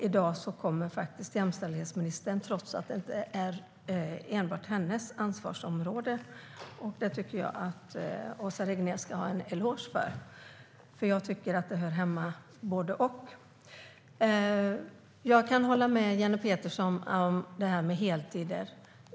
I dag kommer dock jämställdhetsministern, trots att det inte är enbart hennes ansvarsområde. Det tycker jag att Åsa Regnér ska ha en eloge för, för jag tycker att frågorna hör hemma på båda ställena. Jag kan hålla med Jenny Petersson om detta med heltider.